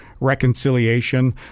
reconciliation